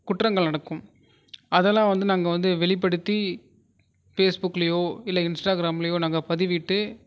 குற்றங்கள் நடக்கும் அதெல்லாம் வந்து நாங்கள் வந்து வெளிப்படுத்தி ஃபேஸ் புக்லேயோ இல்லை இன்ஸ்டாகிராம்லேயோ நாங்கள் பதிவிட்டு